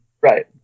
right